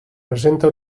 presenta